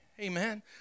amen